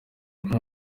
nka